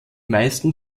meisten